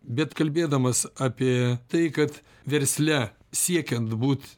bet kalbėdamas apie tai kad versle siekiant būt